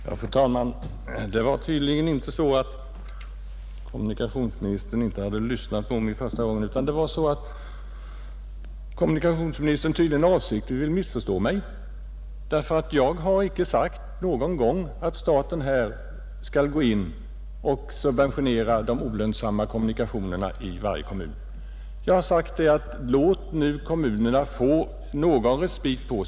Fru talman! Det var tydligen inte så att kommunikationsministern inte hade lyssnat på mig i mitt första anförande, utan kommunikationsministern vill tydligen avsiktligt missförstå mig. Jag har nämligen inte någon gång sagt här att staten skall gå in och subventionera de olönsamma kommunikationerna i varje kommun. Vad jag har sagt är att man bör låta kommunerna få någon respit.